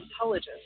intelligence